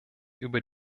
über